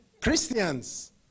Christians